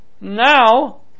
now